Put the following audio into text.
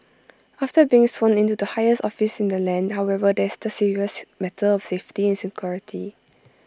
after being sworn in to the highest office in the land however there's the serious matter of safety and security